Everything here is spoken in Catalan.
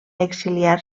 exiliar